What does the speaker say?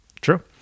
True